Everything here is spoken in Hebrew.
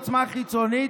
עוצמה חיצונית.